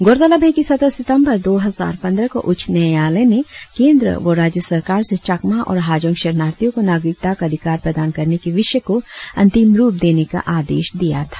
गौरतलब है कि सत्रह सितंबर दो हजार पंद्रह को उच्च न्यायालय ने केंद्र व राज्य सरकार से चकमा और हाजोंग शरणार्थियों को नागरिकता का अधिकार प्रधान करने की विषय को अंतिम रुप देने का आदेश दिया था